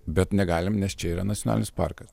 bet negalim nes čia yra nacionalinis parkas